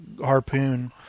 harpoon